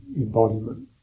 embodiment